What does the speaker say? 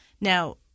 Now